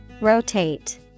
Rotate